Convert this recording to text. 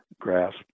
grasp